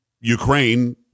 Ukraine